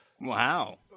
wow